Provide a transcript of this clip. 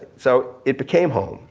so it became home.